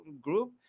group